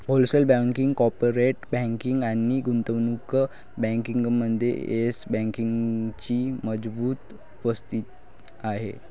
wholesale banking, corporate banking आणि गुंतवणूक बँकिंगमध्ये येस बँकेची मजबूत उपस्थिती आहे